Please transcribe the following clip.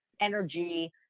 energy